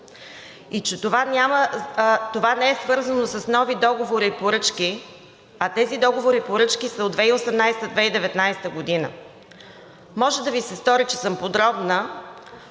и това не е свързано с нови договори и поръчки, а тези договори и поръчки са от 2018 – 2019 г. Може да Ви се стори, че съм подробна,